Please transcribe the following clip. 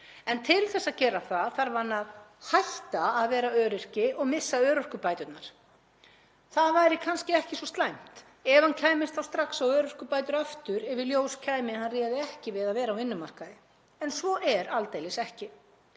En til þess að gera það þarf hann að hætta að vera öryrki og missa örorkubæturnar. Það væri kannski ekki svo slæmt ef hann kæmist þá strax á örorkubætur aftur ef í ljós kæmi að hann réði ekki við að vera á vinnumarkaði. En svo er aldeilis ekki.